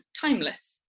Timeless